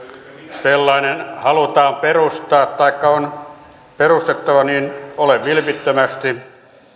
sellainen halutaan perustaa taikka on perustettava niin olen vilpittömästi